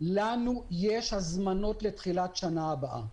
לנו יש הזמנות לתחילת השנה הבאה.